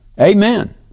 Amen